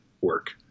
work